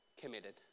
committed